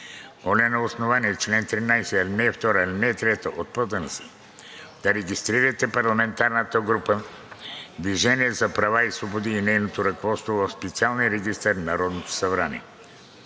Моля, на основание чл. 13, ал. 2 и ал. 3 от ПОДНС да регистрирате парламентарната група „Движение за права и свободи“ и нейното ръководство в специалния регистър на Народното събрание